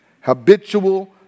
Habitual